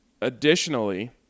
additionally